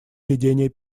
ведение